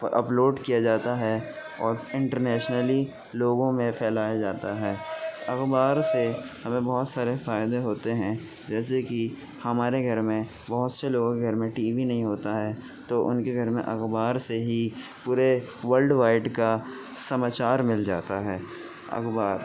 upload کیا جاتا ہے اور انٹرنیشنلی لوگوں میں پھیلایا جاتا ہے اخبار سے ہمیں بہت سارے فائدے ہوتے ہیں جیسے کہ ہمارے گھر میں بہت سے لوگ گھر میں ٹی وی نہیں ہوتا ہے تو ان کے گھر میں اخبار سے ہی پورے ورلڈ وائڈ کا سماچار مل جاتا ہے اخبار